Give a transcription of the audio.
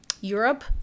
Europe